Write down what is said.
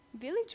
village